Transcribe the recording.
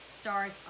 stars